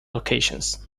occasions